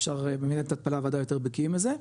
אפשר באמת מנהלת התפלה וודאי יותר בקיאים בזה,